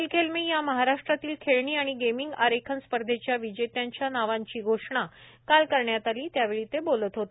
खेल खेल में या महाराष्ट्रातील खेळणी आणि गेमिंग आरेखन स्पर्धेच्या विजेत्यांच्या नावांची घोषणा काल करण्यात आली त्यावेळी ते बोलत होते